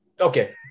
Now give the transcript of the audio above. okay